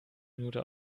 minute